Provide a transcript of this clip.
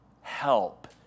help